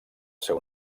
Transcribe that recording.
seu